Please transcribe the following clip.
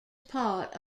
part